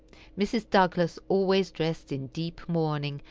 mrs. douglas always dressed in deep mourning,